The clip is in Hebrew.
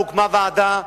הוקמה ועדה,